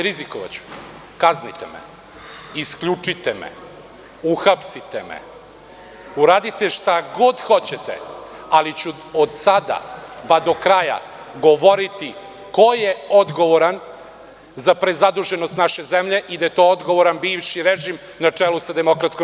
Rizikovaću, kaznite me, isključite me, uhapsite me, uradite šta god hoćete, ali ću od sada pa do kraja govoriti ko je odgovoran za prezaduženost naše zemlje i da je za to odgovoran bivši režim na čelu sa DS.